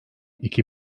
iki